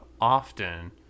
often